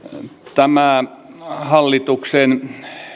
tämä hallituksen